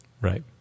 Right